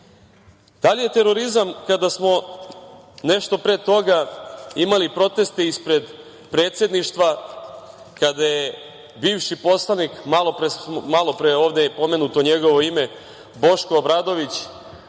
li je terorizam kada smo nešto pre toga imali proteste ispred Predsedništva, kada je bivši poslanik, malo pre je ovde pomenuto njegovo ime, Boško Obradović,